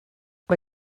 mae